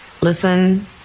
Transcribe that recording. listen